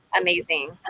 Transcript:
amazing